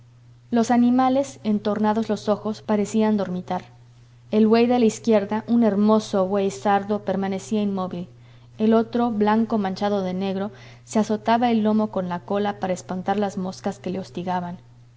los animales entornados los ojos parecían dormitar el buey de la izquierda un hermoso buey sardo permanecía inmóvil el otro blanco manchado de negro se azotaba el lomo con la cola para espantar las moscas que le hostigaban en